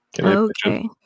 Okay